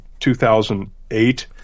2008